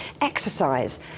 exercise